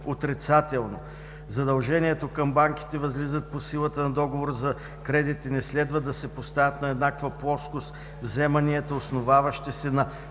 задълженията към банките възлизат по силата на договор за кредит и не следва да се поставят на еднаква плоскост вземанията, основаващи се на